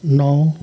नौ